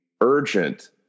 urgent